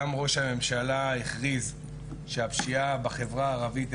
גם ראש הממשלה הכריז שהפשיעה הערבית,